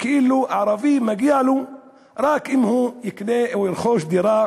כאילו ערבי מגיע לו רק אם הוא יקנה או ירכוש דירה